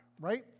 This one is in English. Right